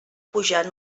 pujar